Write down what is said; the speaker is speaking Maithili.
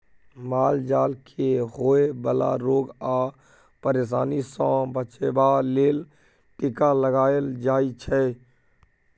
माल जाल केँ होए बला रोग आ परशानी सँ बचाबे लेल टीका लगाएल जाइ छै